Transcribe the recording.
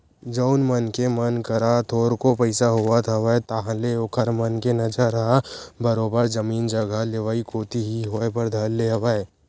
जउन मनखे मन करा थोरको पइसा होवत हवय ताहले ओखर मन के नजर ह बरोबर जमीन जघा लेवई कोती ही होय बर धर ले हवय